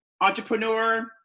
entrepreneur